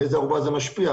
מאיזו ארובה זה משפיע,